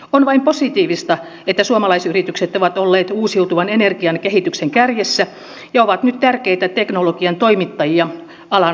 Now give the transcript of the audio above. on vain positiivista että suomalaisyritykset ovat olleet uusiutuvan energian kehityksen kärjessä ja ovat nyt tärkeitä teknologian toimittajia alan hankkeisiin